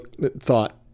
thought